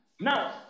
Now